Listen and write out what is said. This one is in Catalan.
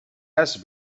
has